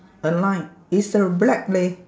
a line it's a black leh